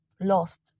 lost